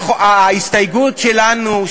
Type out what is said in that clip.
ההסתייגות שלנו,